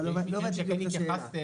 לא הבנתי את השאלה.